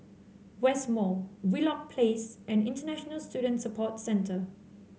West Mall Wheelock Place and International Student Support Centre